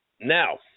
Now